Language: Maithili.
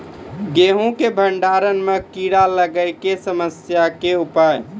गेहूँ के भंडारण मे कीड़ा लागय के समस्या के उपाय?